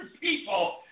people